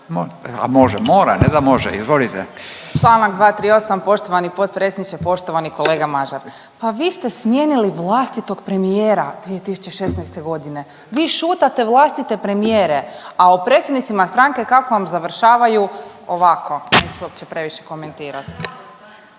A može, mora, ne da može. Izvolite. **Radolović, Sanja (SDP)** Čl. 238. poštovani potpredsjedniče. Poštovani kolega Mažar pa vi ste smijenili vlastitog premijera 2016. godine, vi šutate vlastite premijere, a o predsjednicima stranke kako vam završavaju. Ovako, neću uopće previše komentirat.